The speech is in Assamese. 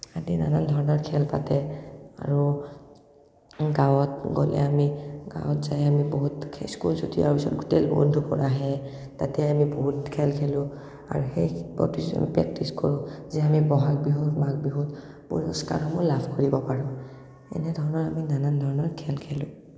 আদি নানান ধৰণৰ খেল পাতে আৰু গাঁৱত গ'লে আমি গাঁৱত যায় আমি বহুত স্কুল ছুটি হোৱাৰ পিছত গোটেই বন্ধুবোৰ আহে তাতে আমি বহুত খেল খেলোঁ আৰু সেই প্ৰতিযোগী প্ৰেকটিছ কৰোঁ যে আমি বহাগ বিহুত মাঘ বিহুত পুৰস্কাৰসমূহ লাভ কৰিব পাৰোঁ এনে ধৰণৰ আমি নানান ধৰণৰ খেল খেলোঁ